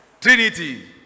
Trinity